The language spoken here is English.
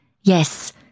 Yes